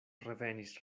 revenis